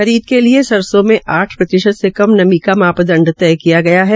खरीद के लिये सरसों में आठ प्रतिशत से कम नमी का मा दंड तय किया गया है